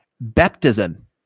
baptism